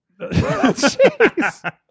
Jeez